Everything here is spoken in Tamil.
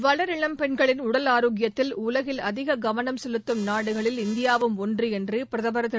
வளரிளம் பெண்களின் உடல் ஆரோக்கியத்தில் உலகில் அதிக கவனம் செலுத்தும் நாடுகளில் இந்தியாவும் ஒன்று என்று பிரதமர் திரு